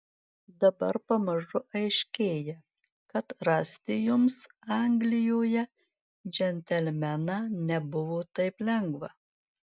dabar pamažu aiškėja kad rasti jums anglijoje džentelmeną nebuvo taip lengva